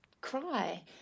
cry